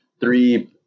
three